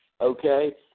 okay